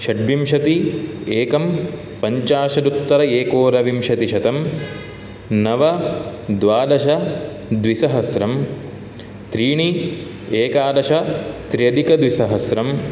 षड्विंशति एकं पञ्चाशदुत्तर एकोनविंशतिशतं नव द्वादश द्विसहस्रं त्रीणि एकादश त्र्यधिकद्विसहस्रं